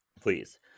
please